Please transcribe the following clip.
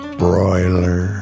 broiler